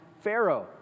Pharaoh